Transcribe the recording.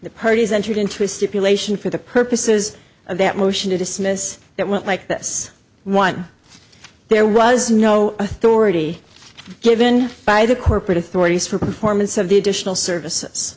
the parties entered into a stupor lation for the purposes of that motion to dismiss that went like this one there was no authority given by the corporate authorities for performance of the additional service